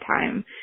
time